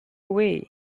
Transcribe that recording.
away